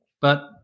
But-